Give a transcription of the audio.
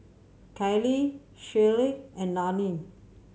Kali Shea and Lani